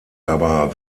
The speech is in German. aber